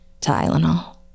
Tylenol